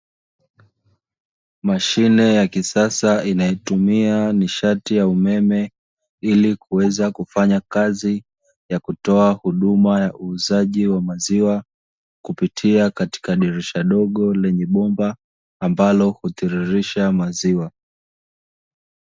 Mashine ya kisasa inayotumia nishati ya umeme, ili kuwezakufanya kazi ya kutoa huduma ya uuzaji wa maziwa kupitia katika dirisha dogo lenye bomba ambalo, hutiririsha maziwa.